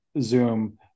Zoom